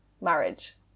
marriage